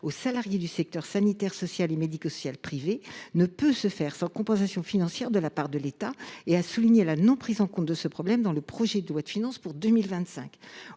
aux salariés du secteur sanitaire, social et médico social privé ne peut se faire sans compensation financière de la part de l’État, et souligner la non prise en compte de ce problème dans le projet de loi de finances pour 2025.